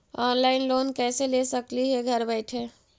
Online loan कैसे ले सकली हे घर बैठे?